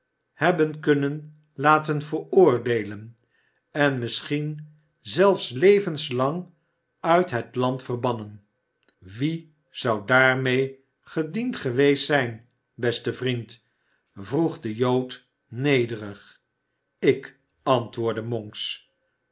hebben kunnen laten veroordeelen en misschien zelfs levenslang uit het land verbannen wie zou daarmee gediend geweest zijn beste vriend vroeg de jood nederig ik antwoordde monks